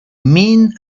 mean